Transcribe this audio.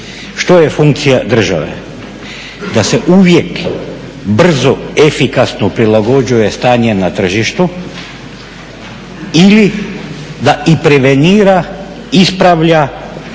Što je funkcija države? Da se uvijek brzo, efikasno prilagođava stanju na tržištu ili da i prevenira, ispravlja,